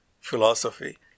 philosophy